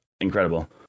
Incredible